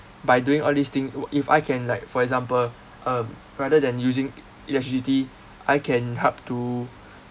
by doing all these thing w~ if I can like for example um rather than using electricity I can help to